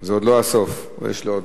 זה עוד לא הסוף, יש עוד.